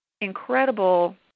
incredible